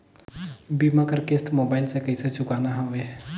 बीमा कर किस्त मोबाइल से कइसे चुकाना हवे